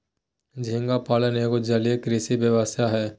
झींगा पालन एगो जलीय कृषि व्यवसाय हय